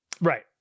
Right